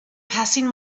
passing